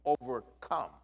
overcome